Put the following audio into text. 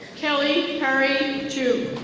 kelley hari chu.